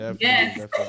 yes